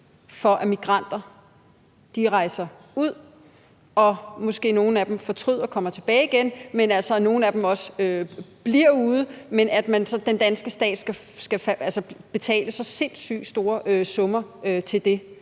for at migranter rejser ud? Nogle af dem fortryder måske og kommer tilbage, men nogle af dem bliver også ude, men Venstre mener, at den danske stat skal betale så sindssygt store summer til det?